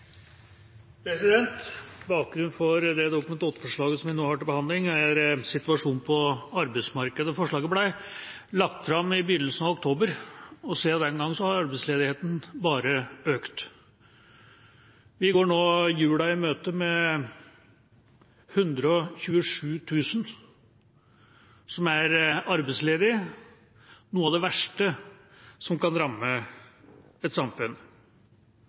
situasjonen på arbeidsmarkedet. Forslaget ble lagt fram i begynnelsen av oktober, og siden den gang har arbeidsledigheten bare økt. Vi går nå jula i møte med 127 000 arbeidsledige – noe av det verste som kan ramme et samfunn.